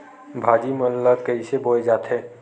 भाजी मन ला कइसे बोए जाथे?